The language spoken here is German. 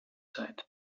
site